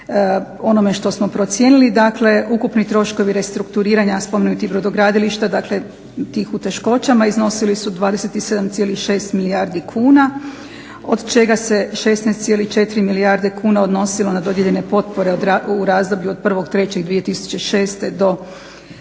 onome što smo procijenili. Dakle, ukupni troškovi restrukturiranja spomenutih brodogradilišta, dakle tih u teškoćama iznosili su 27,6 milijardi kuna, od čega se 16,4 milijarde kuna odnosila na dodijeljene potpore u razdoblju od 01.03.2006. do